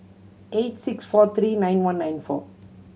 eight six four three nine one nine four